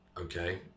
okay